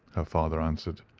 her father answered.